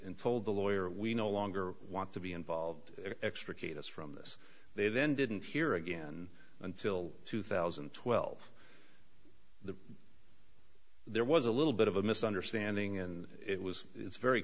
and told the lawyer we no longer want to be involved extricate us from this they then didn't hear again until two thousand and twelve there was a little bit of a misunderstanding and it was it's very